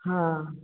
हाँ